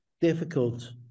Difficult